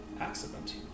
accident